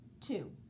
Two